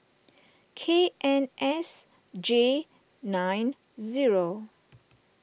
K N S J nine zero